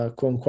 con